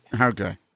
Okay